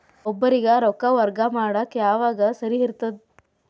ಒಬ್ಬರಿಗ ರೊಕ್ಕ ವರ್ಗಾ ಮಾಡಾಕ್ ಯಾವಾಗ ಸರಿ ಇರ್ತದ್?